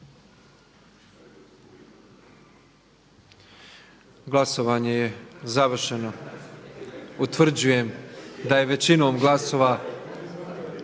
Glasovanje je završeno. Utvrđujem da smo većinom glasova